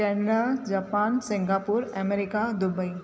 Canada Japan Singapore America Dubai